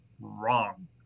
wrong